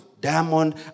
diamond